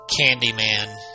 Candyman